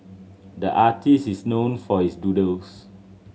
the artist is known for his doodles